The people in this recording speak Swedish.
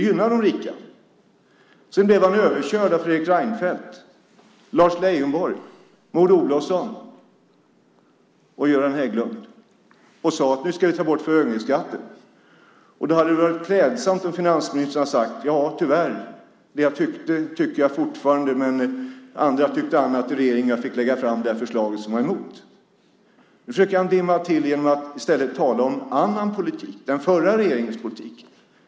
Sedan blev han överkörd av Fredrik Reinfeldt, Lars Leijonborg, Maud Olofsson och Göran Hägglund och sade: Nu ska vi ta bort förmögenhetsskatten. Det hade varit klädsamt om finansministern hade sagt: Det jag tyckte tycker jag fortfarande, men andra i regeringen tyckte annat och jag fick lägga fram det här förslaget som jag var emot. Nu försöker Anders Borg dimma till det hela genom att tala om annan politik - den förra regeringens politik.